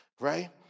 Right